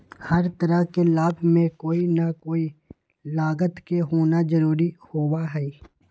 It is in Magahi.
हर तरह के लाभ में कोई ना कोई लागत के होना जरूरी होबा हई